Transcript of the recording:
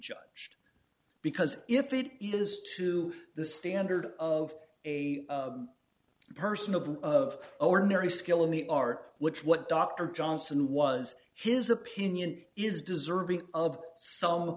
judged because if it is to the standard of a person of of ordinary skill in the art which what dr johnson was his opinion is deserving of some